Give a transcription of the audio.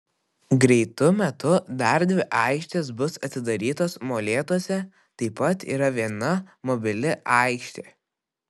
greitu metu dar dvi aikštės bus atidarytos molėtuose taip pat yra viena mobili aikštė